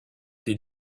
des